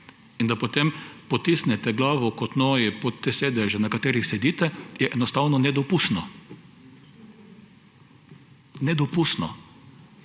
in da potem potisnete glavo kot noji pod te sedeže, na katerih sedite, je enostavno nedopustno. Nedopustno!